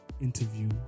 interview